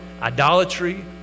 idolatry